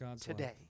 today